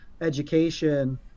education